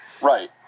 Right